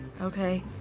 Okay